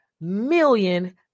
million